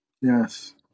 Yes